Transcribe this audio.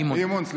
אי-אמון.